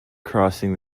crossing